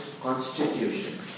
constitution